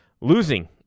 losing